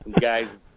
guys